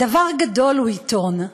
"דבר גדול הוא עיתון.